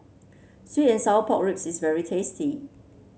sweet and Sour Pork Ribs is very tasty